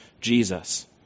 Jesus